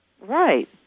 Right